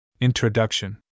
Introduction